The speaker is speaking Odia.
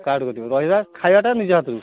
କାର୍ଡ଼ କରିବ ରହିବା ଖାଇବାଟା ନିଜ ହାତରୁ